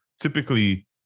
typically